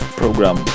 program